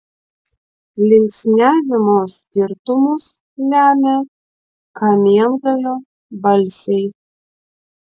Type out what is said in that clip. linksniavimo skirtumus lemia kamiengalio balsiai